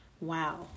Wow